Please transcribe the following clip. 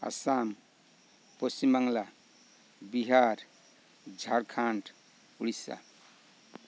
Assam Paschimbanga Bihar Jharkhand Odisha